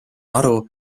aru